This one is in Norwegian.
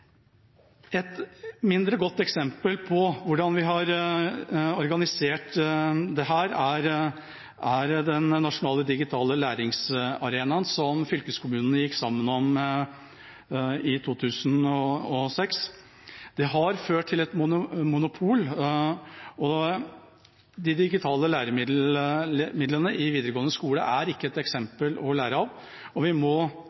Et mindre godt eksempel på hvordan vi har organisert dette, er den nasjonale digitale læringsarenaen som fylkeskommunene gikk sammen om i 2006. Den har ført til et monopol, og de digitale læremidlene i videregående skole er ikke et eksempel til etterfølgelse. Vi må